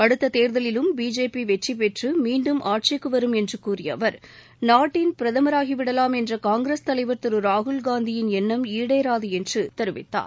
அடுத்த தேர்தலிலும் பிஜேபி வெற்றி பெற்று மீண்டும் ஆட்சிக்கு வரும் என்று கூறிய அவர் நாட்டின் பிரதமராகிவிடலாம் என்ற காங்கிரஸ் தலைவர் திரு ராகுல் காந்தியின் எண்ணம் ஈடேறாது என்று என்று தெரிவித்தார்